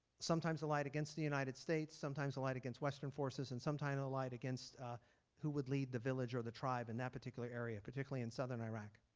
sometimes allied against the united states sometimes allied against western forces and sometimes allied against who would lead the village of the tribe in that particular area, particularly in southern iraq.